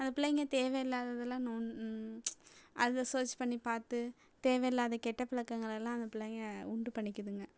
அந்தப் பிள்ளைங்க தேவையில்லாததலாம் தான் நோண் அதை ஸர்ச் பண்ணிப் பார்த்து தேவையில்லாத கெட்ட பழக்கங்களெல்லாம் அந்தப் பிள்ளைங்க உண்டு பண்ணிக்குதுங்க